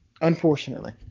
unfortunately